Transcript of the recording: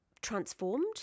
transformed